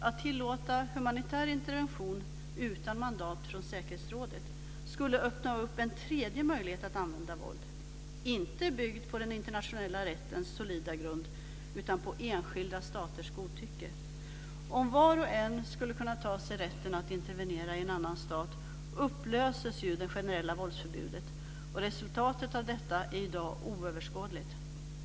Att tillåta humanitär intervention utan mandat från säkerhetsrådet skulle öppna en tredje möjlighet att använda våld - inte byggd på den internationella rättens solida grund utan på enskilda staters godtycke. Om var och en skulle kunna ta sig rätten att intervenera i en annan stat upplöses det generella våldsförbudet. Resultatet av detta är i dag oöverskådligt.